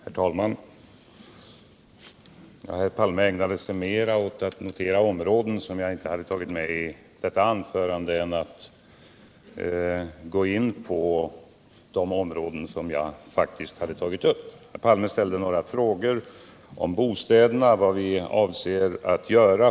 Herr talman! Herr Palme ägnade sig mera åt att notera områden som jag inte hade tagit med i mitt anförande än åt att gå in på de områden som jag faktiskt hade tagit upp. Herr Palme ställde några frågor om bostäderna — vad vi avser att göra.